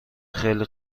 خیلی